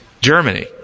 Germany